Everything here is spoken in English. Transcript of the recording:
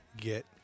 get